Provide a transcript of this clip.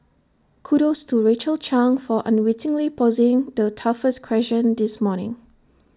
kudos to Rachel chang for unwittingly posing the toughest question this morning